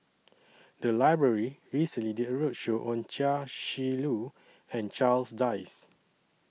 The Library recently did A roadshow on Chia Shi Lu and Charles Dyce